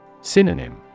Synonym